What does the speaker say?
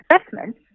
assessment